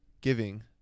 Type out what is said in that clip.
giving